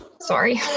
Sorry